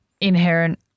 inherent